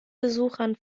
besuchern